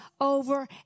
over